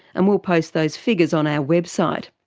and we'll post these figures on our website.